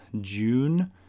June